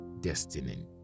destiny